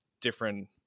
different